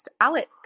Alex